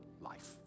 life